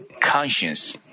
conscience